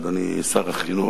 אדוני שר החינוך,